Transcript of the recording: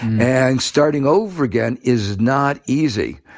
and starting over again is not easy.